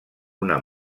una